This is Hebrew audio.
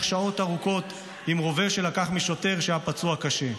שעות ארוכות עם רובה שלקח משוטר שהיה פצוע קשה.